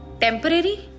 temporary